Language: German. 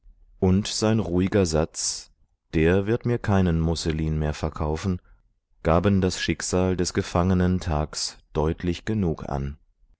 und sein ruhiger satz der wird mir keinen musselin mehr verkaufen gaben das schicksal des gefangenen thags deutlich genug an